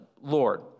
Lord